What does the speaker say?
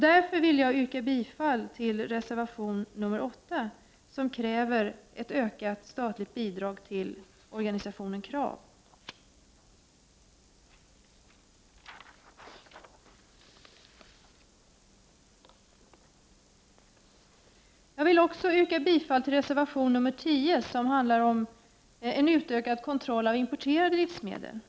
Därför yrkar jag bifall till reservation 8, i vilken det krävs ett ökat statligt bidrag till organisationen KRAV. Jag vill också yrka bifall till reservation 10, som handlar om en utökning av kontrollen av importerade livsmedel.